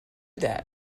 that